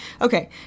Okay